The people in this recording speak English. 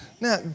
Now